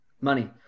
money